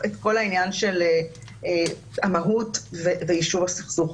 את כל העניין של המהות ויישוב הסכסוך.